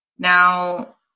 Now